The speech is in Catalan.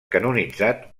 canonitzat